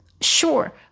Sure